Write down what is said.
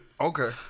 Okay